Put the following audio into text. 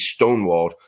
stonewalled